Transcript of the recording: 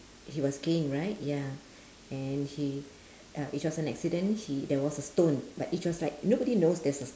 he was skiing right ya and he uh it was an accident he there was a stone but it was like nobody knows there's a